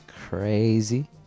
crazy